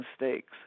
mistakes